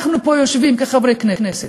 אנחנו יושבים פה כחברי כנסת.